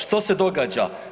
Što se događa?